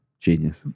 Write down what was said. genius